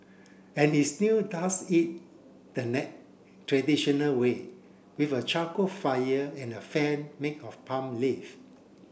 and he still does it the traditional way with a charcoal fire and a fan make of palm leaf